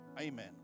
Amen